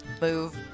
Move